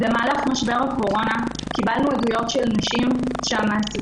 במהלך משבר הקורונה קיבלנו עדויות של נשים שהמעסיקים